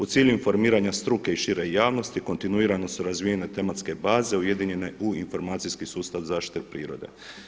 U cilju informiranja struke i šire javnosti kontinuirano su razvijene tematske baze ujedinjene u informacijski sustav zaštite prirode.